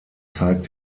zeigt